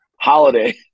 Holiday